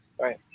right